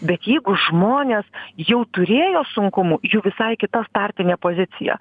bet jeigu žmonės jau turėjo sunkumų jų visai kita startinė pozicija